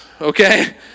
okay